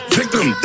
victim